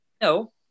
no